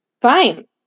Fine